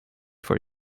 for